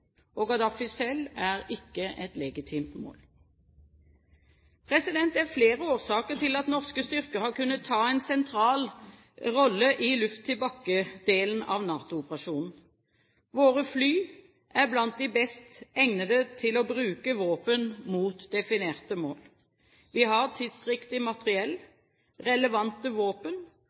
selv er ikke et legitimt mål. Det er flere årsaker til at norske styrker har kunnet ta en sentral rolle i luft-til-bakke-delen av NATO-operasjonen. Våre fly er blant de best egnede til å bruke våpen mot definerte mål. Vi har tidsriktig materiell, relevante våpen